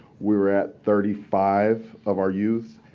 we're at thirty five of our youth.